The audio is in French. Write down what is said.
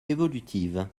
évolutive